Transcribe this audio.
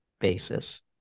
basis